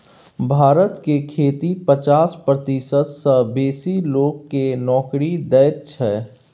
भारत के खेती पचास प्रतिशत सँ बेसी लोक केँ नोकरी दैत छै